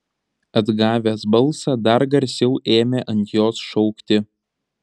atgavęs balsą dar garsiau ėmė ant jos šaukti